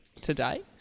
today